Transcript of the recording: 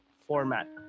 format